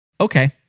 Okay